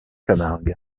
camargue